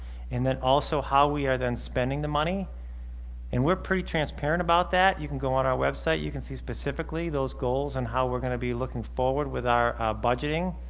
and then also how we are then spending the money and we're pretty transparent about that. you can go on our website, you can see specifically those goals and how we're going to be looking forward with our budgeting.